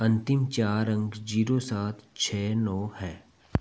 अंतिम चार अंक जीरो सात छः नौ है